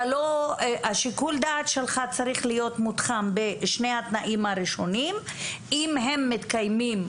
שיקול הדעת שלו צריך להיות מתוחם בשני התנאים הראשונים ואם הם מתקיימים,